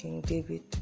David